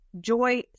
joy